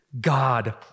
God